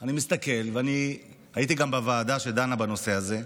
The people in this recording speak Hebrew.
אני מסתכל, והייתי גם בוועדה שדנה בנושא הזה,